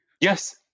Yes